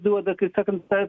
duoda kaip sakant tą